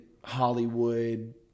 Hollywood